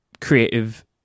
creative